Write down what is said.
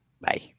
Bye